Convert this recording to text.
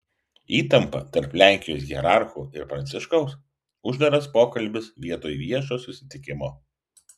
įtampa tarp lenkijos hierarchų ir pranciškaus uždaras pokalbis vietoj viešo susitikimo